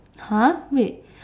!huh! wait